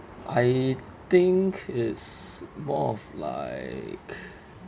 I think is more of like